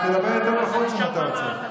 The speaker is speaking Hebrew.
הרבה זמן לא דיבר.